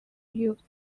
used